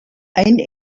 ein